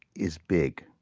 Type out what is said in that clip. is big